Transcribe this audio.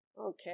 Okay